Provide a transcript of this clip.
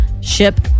ship